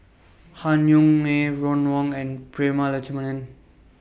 Han Yong May Ron Wong and Prema Letchumanan